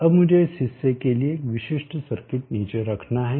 अब मुझे इस हिस्से के लिए एक विशिष्ट सर्किट नीचे रखना है